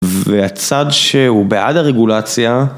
והצד שהוא בעד הרגולציה